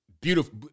Beautiful